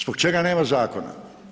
Zbog čega nema zakona?